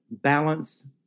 balance